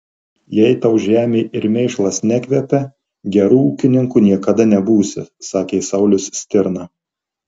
jei tau žemė ir mėšlas nekvepia geru ūkininku niekada nebūsi sakė saulius stirna